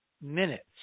minutes